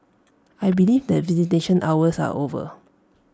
I believe that visitation hours are over